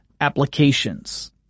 applications